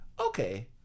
Okay